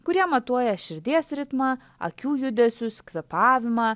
kurie matuoja širdies ritmą akių judesius kvėpavimą